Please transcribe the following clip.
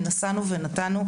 נשאנו ונתנו.